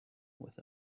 with